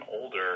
older